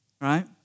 right